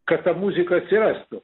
kad ta muzika atsirastų